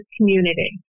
community